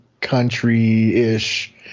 Country-ish